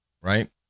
Right